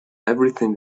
everything